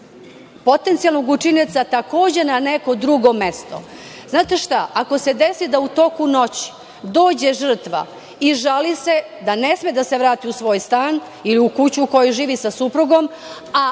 potencijalnog učinioca takođe na neko drugo mesto. Znate šta, ako se desi da u toku noći dođe žrtva i žali se da ne sme da se vrati u svoj stan i u kuću u kojoj živi sa suprugom, a